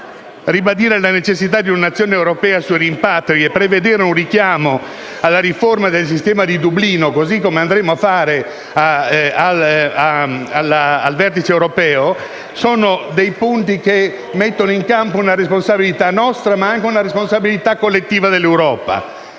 ribadire la necessità di un'azione europea sui rimpatri e prevedere un richiamo alla riforma del sistema di Dublino, così come andremo a fare al vertice europeo, sono punti che mettono in campo una responsabilità, nostra ma anche collettiva dell'Europa.